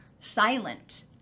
silent